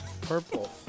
Purple